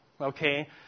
Okay